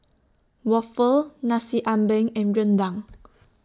Waffle Nasi Ambeng and Rendang